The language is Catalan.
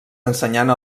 ensenyant